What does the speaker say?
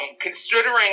considering